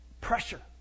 Pressure